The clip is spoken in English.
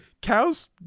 cows